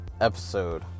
episode